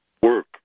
work